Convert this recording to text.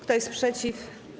Kto jest przeciw?